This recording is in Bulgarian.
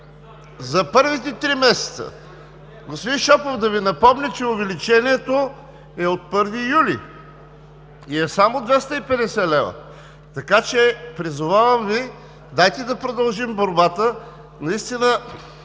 за първите три месеца. Господин Шопов, да Ви напомня, че увеличението е от 1 юли и е само 250 лв. Призовавам Ви, дайте да продължим борбата, да не